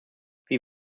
wie